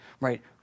Right